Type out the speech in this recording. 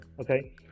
Okay